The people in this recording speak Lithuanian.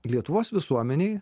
lietuvos visuomenėj